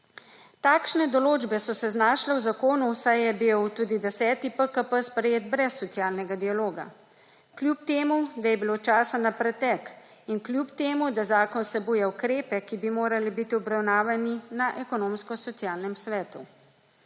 Takšne določbe so se znašle v zakonu, saj je bil tudi deseti PKP sprejet brez socialnega dialoga. Kljub temu, da je bilo časa na pretek in kljub temu, da zakon vsebuje ukrepe, ki bi morali biti obravnavani na Ekonomsko-socialnem svetu.